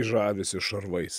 žavisi šarvais